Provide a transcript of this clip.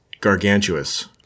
gargantuous